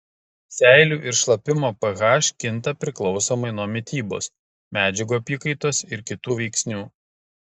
seilių ir šlapimo ph kinta priklausomai nuo mitybos medžiagų apykaitos ir kitų veiksnių